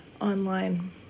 online